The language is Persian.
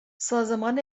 سازمان